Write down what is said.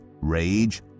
rage